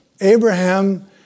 Abraham